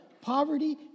poverty